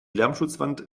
lärmschutzwand